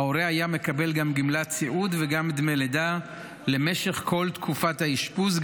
ההורה היה מקבל גם גמלת סיעוד וגם דמי לידה למשך כל תקופת האשפוז,